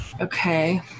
Okay